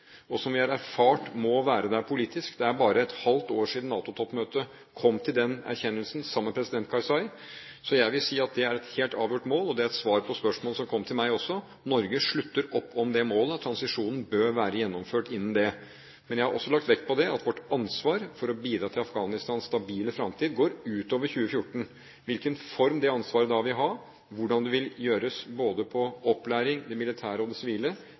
og som vi har erfart må være der politisk. Det er bare et halvt år siden NATO-toppmøtet kom til den erkjennelsen, sammen med president Karzai, så jeg vil si at det er et helt avgjort mål. Det er et svar på spørsmålet som kom til meg også: Norge slutter opp om det målet, transisjonen bør være gjennomført innen det. Men jeg har også lagt vekt på at vårt ansvar for å bidra til Afghanistans stabile fremtid går utover 2014. Hvilken form det ansvaret da vil ha, hvordan det vil gjøres både når det gjelder opplæring, det militære og sivile,